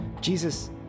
Jesus